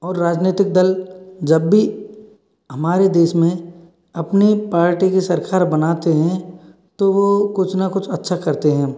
और राजनीतिक दल जब भी हमारे देश में अपनी पार्टी की सरकार बनाते हैं तो वो कुछ ना कुछ अच्छा करते हैं